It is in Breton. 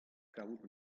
kavout